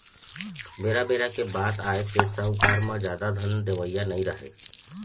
बेरा बेरा के बात आय सेठ, साहूकार म जादा धन देवइया नइ राहय